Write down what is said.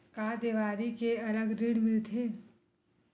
का देवारी के अलग ऋण मिलथे?